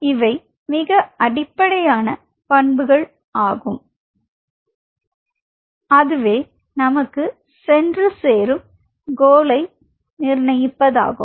இவை மிக அடிப்படையான பண்புகள் ஆகும் அதுவே நமக்கு சென்று சேரும் கோலாகும்